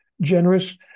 generous